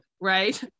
right